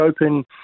Open